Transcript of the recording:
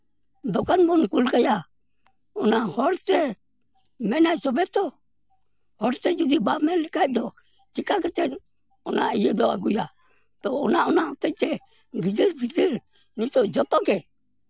ᱫᱚᱠᱟᱱ ᱵᱚᱱ ᱠᱩᱞ ᱠᱟᱭᱟ ᱚᱱᱟ ᱦᱚᱲᱛᱮ ᱢᱮᱱᱟᱭ ᱛᱚᱵᱮ ᱛᱚ ᱦᱚᱲᱛᱮ ᱡᱩᱫᱤ ᱵᱟᱝ ᱢᱮᱱ ᱞᱮᱠᱷᱟᱡ ᱫᱚ ᱪᱤᱠᱟ ᱠᱟᱛᱮ ᱚᱱᱟ ᱤᱭᱟᱹ ᱫᱚ ᱟᱹᱜᱩᱭᱟᱭ ᱛᱚ ᱚᱱᱟ ᱚᱱᱟ ᱦᱚᱛᱮᱡ ᱛᱮ ᱜᱤᱫᱟᱹᱨ ᱯᱤᱫᱟᱹᱨ ᱱᱤᱛᱚᱜ ᱡᱚᱛᱚᱜᱮ